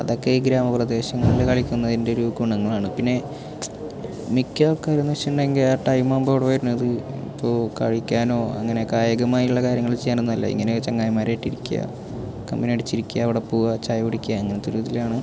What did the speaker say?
അതൊക്കെ ഈ ഗ്രാമ പ്രദേശങ്ങളിൽ കളിക്കുന്നതിൻ്റെ ഒരു ഗുണങ്ങളാണ് പിന്നെ മിക്ക ആൾക്കാർ എന്ന് വച്ചിട്ടുണ്ടെങ്കിൽ ആ ടൈം ആകുമ്പോൾ അവിടെ വരുന്നത് ഇപ്പോൾ കഴിക്കാനോ അങ്ങനെ കായികമായുള്ള കാര്യങ്ങൾ ചെയ്യാനൊന്നും അല്ല ഇങ്ങനെ ചങ്ങായിമാരായിട്ട് ഇരിക്കുക കമ്പനി അടിച്ചിരിക്കുക അവിടെ പോകുക ചായ കുടിക്കുക അങ്ങനത്തെ ഒരു ഇതിലാണ്